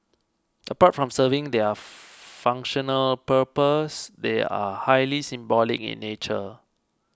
apart from serving their functional purpose they are highly symbolic in nature